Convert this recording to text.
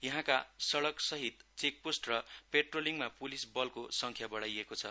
यहाँका सडकसहित चेकपोस्ट र पेट्रोलिङमा पुलिस बलको संख्या बढाइएको छ